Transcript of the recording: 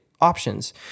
options